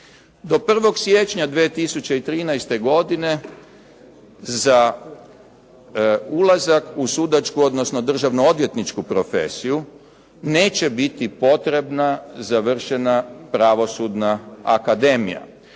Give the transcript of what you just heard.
Do 01. siječnja 2013. godine za ulazak u sudačku odnosno državno odvjetničku profesiju neće biti potrebna završena Pravosudna akademija.